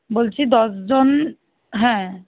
বলছি দশজন হ্যাঁ